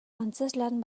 antzezlan